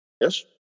yes